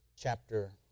chapter